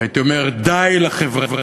הייתי אומר: די לחברתיות.